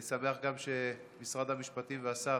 אני שמח שמשרד המשפטים והשר